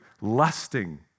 lusting